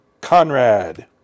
Conrad